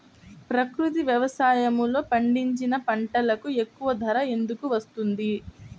ప్రకృతి వ్యవసాయములో పండించిన పంటలకు ఎక్కువ ధర ఎందుకు వస్తుంది?